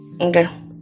Okay